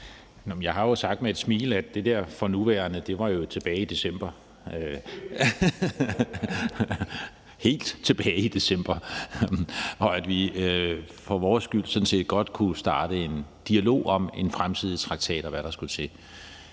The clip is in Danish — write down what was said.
Jeg har jo sagt med et smil, at det der »for nuværende« var tilbage i december, helt tilbage i december, og at vi for vores skyld sådan set godt kunne starte en dialog om en fremtidig traktat og om, hvad der skulle til.